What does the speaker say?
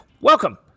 Welcome